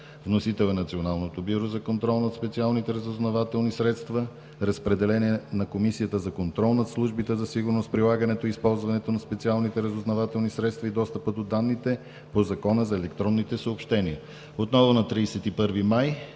Вносител е Националното бюро за контрол над специалните разузнавателни средства. Разпределен е на Комисията за контрол над службите за сигурност, прилагането и използването на специалните разузнавателни средства и достъпа до данните по Закона за електронните съобщения.